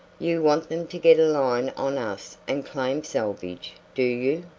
you want them to get a line on us and claim salvage, do you?